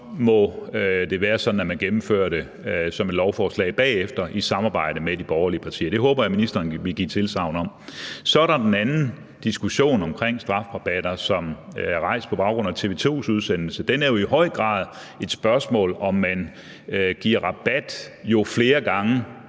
må det være sådan, at man gennemfører det som et lovforslag bagefter i samarbejde med de borgerlige partier. Det håber jeg ministeren vil give tilsagn om. Så er der den anden diskussion omkring strafrabatter, som er rejst på baggrund af TV 2's udsendelse. Det er jo i høj grad et spørgsmål om, at man giver rabat, jo flere gange